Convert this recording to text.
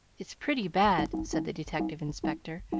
it's pretty bad, said the detective-inspector,